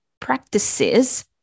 practices